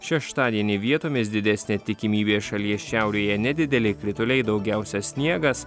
šeštadienį vietomis didesnė tikimybė šalies šiaurėje nedideli krituliai daugiausia sniegas